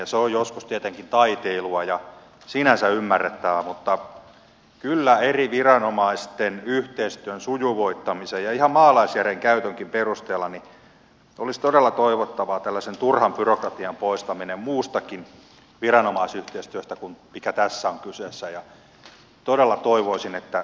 se on joskus tietenkin taiteilua ja sinänsä ymmärrettävää mutta kyllä eri viranomaisten yhteistyön sujuvoittamisen ja ihan maalaisjärjen käytönkin perusteella olisi todella toivottavaa tällaisen turhan byrokratian poistaminen muustakin viranomaisyhteistyöstä kuin tästä mikä nyt on kyseessä